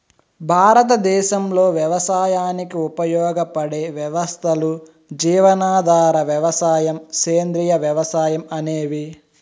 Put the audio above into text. భారతదేశంలో వ్యవసాయానికి ఉపయోగపడే వ్యవస్థలు జీవనాధార వ్యవసాయం, సేంద్రీయ వ్యవసాయం అనేవి